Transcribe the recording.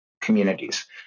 communities